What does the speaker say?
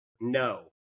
No